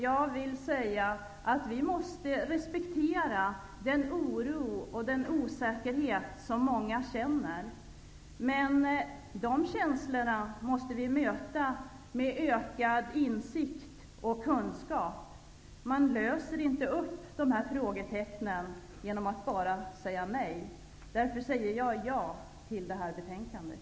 Jag vill bara säga att vi måste respektera den oro och den osäkerhet som många känner. De känslorna måste vi möta med ökad insikt och kunskap. Man löser inte upp frågetecknen bara genom att säga nej. Därför säger jag ja till det här betänkandet.